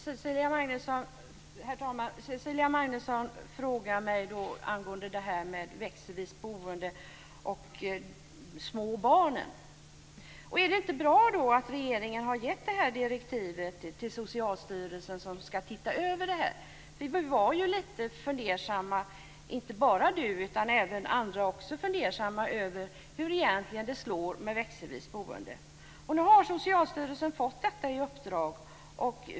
Herr talman! Cecilia Magnusson frågar mig om detta med växelvis boende och små barn. Är det inte bra att regeringen har gett direktiv till Socialstyrelsen att titta över detta? Det var inte bara Cecilia Magnusson som var lite fundersam över hur det egentligen slår med växelvis boende, utan även andra. Nu har Socialstyrelsen fått detta uppdrag.